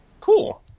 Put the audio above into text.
Cool